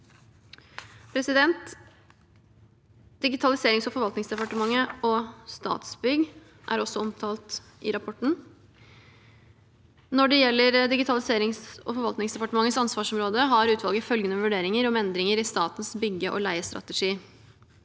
til da. Digitaliserings- og forvaltningsdepartementet og Statsbygg er også omtalt i rapporten. Når det gjelder Digitaliserings- og forvaltningsdepartementets ansvarsområde, har utvalget følgende vurderinger om endringer i statens bygge- og leiestrategi: